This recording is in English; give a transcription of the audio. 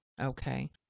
okay